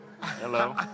Hello